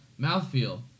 Mouthfeel